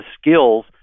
skills